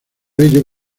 ello